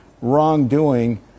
wrongdoing